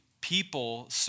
people